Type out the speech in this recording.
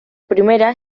primera